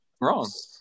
wrong